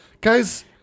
Guys